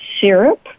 syrup